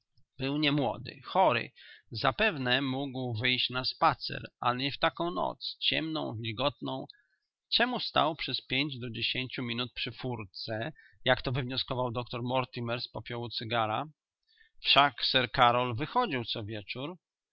był niemłody chory zapewne mógł był wyjść na spacer ale nie w taką noc ciemną wilgotną czemu stał przez pięć do dziesięciu minut przy furtce jak to wywnioskował doktor mortimer z popiołu cygara wszak sir karol wychodził co wieczór